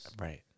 Right